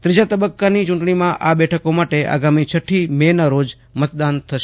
ત્રીજા તબક્કાની ચૂંટણીમાં આ બેઠકો માટે આગામી છઠ્ઠી મે ના રોજ મતદાન થવાનું છે